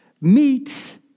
meets